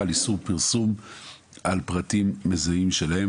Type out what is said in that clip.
חל איסור פרסום על פרטים מזהים שלהם,